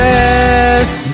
best